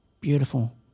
beautiful